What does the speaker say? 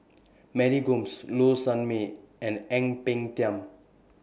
Mary Gomes Low Sanmay and Ang Peng Tiam